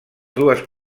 dues